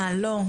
מה לא,